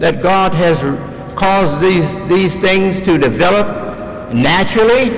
that god has caused these these things to develop naturally